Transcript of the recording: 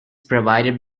provided